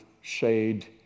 shade